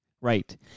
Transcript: right